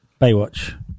Baywatch